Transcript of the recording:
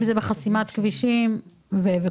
אם זה עקב חסימת כבישים וכולי.